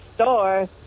store